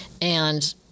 And-